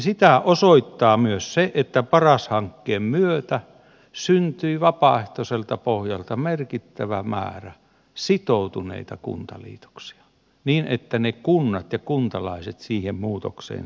sitä osoittaa myös se että paras hankkeen myötä syntyi vapaaehtoiselta pohjalta merkittävä määrä sitoutuneita kuntaliitoksia niin että ne kunnat ja kuntalaiset siihen muutokseen sitoutuivat